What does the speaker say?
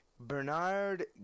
Bernard